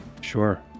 Sure